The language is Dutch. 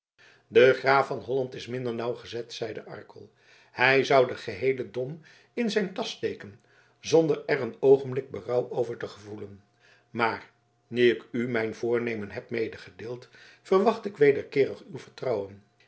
de graaf van holland is minder nauwgezet zeide arkel hij zou den geheelen dom in zijn tasch steken zonder er een oogenblik berouw over te gevoelen maar nu ik u mijn voornemen heb medegedeeld verwacht ik wederkeerig uw vertrouwen